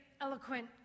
eloquent